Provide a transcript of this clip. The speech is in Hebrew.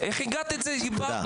איך הגעת לאיבדנו?